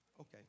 Okay